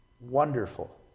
wonderful